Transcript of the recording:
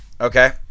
Okay